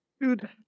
Dude